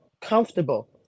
comfortable